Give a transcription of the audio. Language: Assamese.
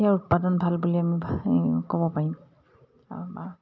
ইয়াৰ উৎপাদন ভাল বুলি আমি ক'ব পাৰিম